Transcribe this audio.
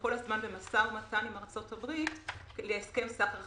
כל הזמן במשא ומתן עם ארצות-הברית להסכם סחר חדש.